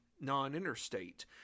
non-interstate